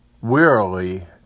wearily